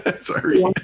Sorry